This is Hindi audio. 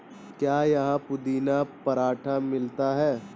क्या यहाँ पुदीना पराठा मिलता है?